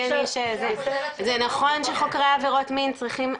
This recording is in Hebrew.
זה נכון שחוקרי עבירות מין צריכים,